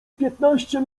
piętnaście